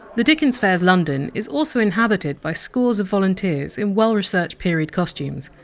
the dickens fair's london is also inhabited by scores of volunteers in well researched period costumes.